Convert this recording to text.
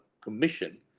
commission